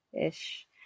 ish